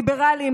ליברלים,